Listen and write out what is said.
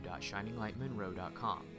www.shininglightmonroe.com